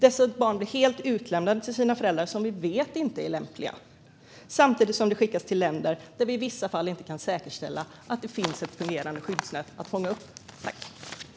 Dessa barn blir helt utlämnade till sina föräldrar, som vi vet inte är lämpliga, samtidigt som de skickas till länder där vi i vissa fall inte kan säkerställa att det finns ett fungerande skyddsnät som kan fånga upp dem.